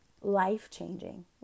life-changing